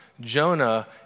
Jonah